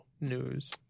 news